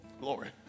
glory